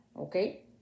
okay